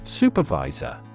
Supervisor